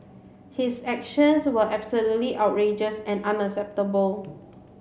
his actions were absolutely outrageous and unacceptable